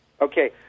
Okay